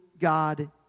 God